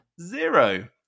zero